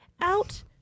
out